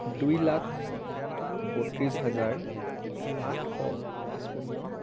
দুই লাখ বত্ৰিছ হাজাৰ আঠশ পঁচপন্ন